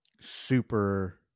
super